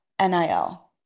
NIL